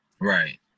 Right